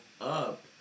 up